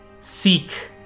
Seek